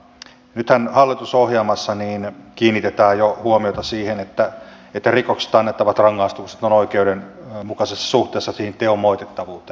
nythän hallitusohjelmassa kiinnitetään jo huomiota siihen että rikoksista annettavat rangaistukset ovat oikeudenmukaisessa suhteessa siihen teon moitittavuuteen